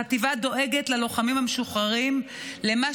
החטיבה דואגת ללוחמים המשוחררים למה